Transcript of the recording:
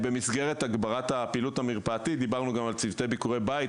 במסגרת הגברת הפעילות המרפאתית דיברנו גם על צוותי ביקורי בית,